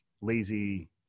lazy